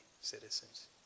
citizens